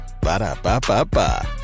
Ba-da-ba-ba-ba